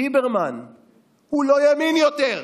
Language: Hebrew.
ליברמן הוא לא ימין יותר.